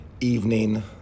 evening